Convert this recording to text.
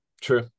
true